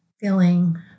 feeling